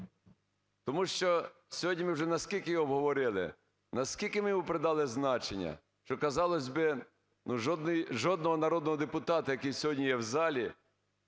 Тому що сьогодні ми вже наскільки його обговорили, наскільки ми йому придали значення, що казалось би, ну, жодного народного депутата, який сьогодні є в залі,